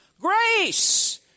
grace